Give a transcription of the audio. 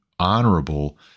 honorable